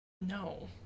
No